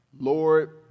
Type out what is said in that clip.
Lord